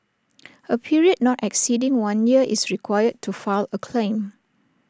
A period not exceeding one year is required to file A claim